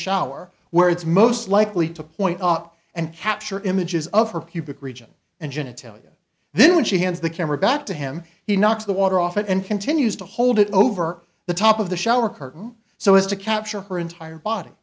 shower where it's most likely to point out and capture images of her pubic region and genitalia then when she hands the camera back to him he knocks the water off and continues to hold it over the top of the shower curtain so as to capture her entire body